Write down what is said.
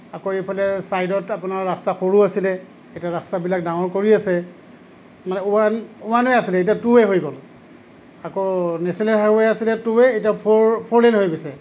আকৌ এইফালে চাইডত আপোনাৰ ৰাস্তা সৰু আছিলে এতিয়া ৰাস্তাবিলাক ডাঙৰ কৰি আছে মানে ৱান ৱান ৱে আছিল এতিয়া টু ৱে হৈ গ'ল আকৌ নেশ্বনেল হাইৱে আছিলে টু ৱে এতিয়া ফ'ৰ ফ'ৰ লেন হৈ গৈছে